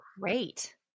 Great